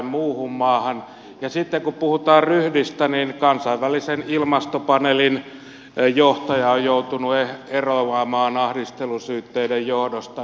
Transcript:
ja sitten kun puhutaan ryhdistä niin kansainvälisen ilmastopaneelin johtaja on joutunut eroamaan ahdistelusyytteiden johdosta